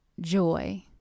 Joy